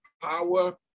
power